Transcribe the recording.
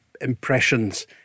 impressions